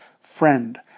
friend